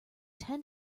ten